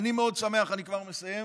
אני מאוד שמח, אני כבר מסיים.